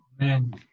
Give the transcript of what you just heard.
Amen